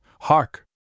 Hark